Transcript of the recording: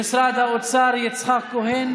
יעלה לסכם את הדיון השר במשרד האוצר יצחק כהן,